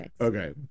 Okay